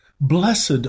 Blessed